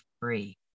free